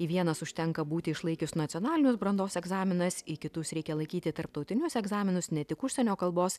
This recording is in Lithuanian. į vienas užtenka būti išlaikius nacionalinius brandos egzaminas į kitus reikia laikyti tarptautinius egzaminus ne tik užsienio kalbos